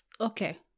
Okay